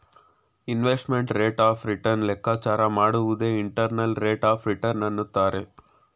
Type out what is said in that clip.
investment rate of return ಲೆಕ್ಕಾಚಾರ ಮಾಡುವುದೇ internal rate of return ಅಂತರೆ